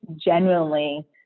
genuinely